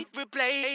replay